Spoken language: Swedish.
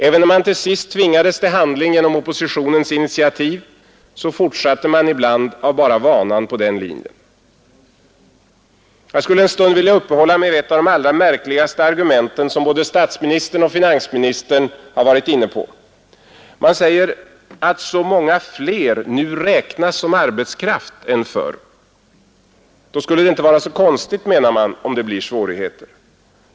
Även när man till sist tvingades till handling genom oppositionens initiativ, fortsatte man ibland av bara vanan på den linjen. Jag skulle en stund vilja uppehålla mig vid ett av de allra märkligaste argumenten som både statsministern och finansministern har varit inne på. Man säger att så många fler räknas som arbetskraft nu än förr. Då skulle det inte vara så konstigt, menar man, om det blir svårigheter.